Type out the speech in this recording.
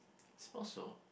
suppose so